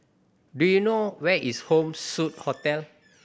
do you know where is Home Suite Hotel